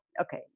Okay